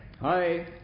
Hi